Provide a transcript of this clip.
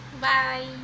Bye